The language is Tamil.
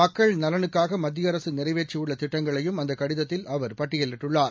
மக்கள் நலனுக்காக மத்திய அரசு நிறைவேற்றியுள்ள திட்டங்களையும் அந்த கடிதத்தில் அவர் பட்டியலிட்டுள்ளார்